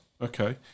okay